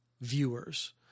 viewers